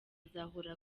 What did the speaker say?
azahora